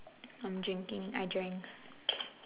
I'm drinking I drank